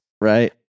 Right